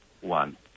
one